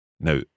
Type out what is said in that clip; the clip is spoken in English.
Now